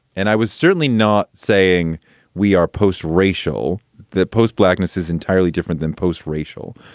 and i was certainly not saying we are post-racial. the post-blackness is entirely different than post-racial.